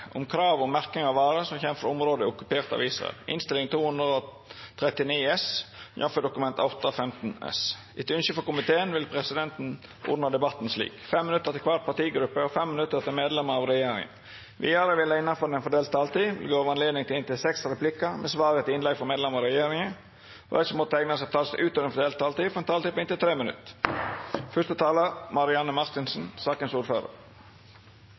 om ordet til sak nr. 2. Etter ynske frå utanriks- og forsvarskomiteen vil presidenten ordna debatten slik: 5 minutt til kvar partigruppe og 5 minutt til medlemer av regjeringa. Vidare vil det – innanfor den fordelte taletida – verta gjeve anledning til inntil seks replikkar med svar etter innlegg frå medlemer av regjeringa, og dei som måtte teikna seg på talarlista utover den fordelte taletida, får ei taletid på inntil 3 minutt.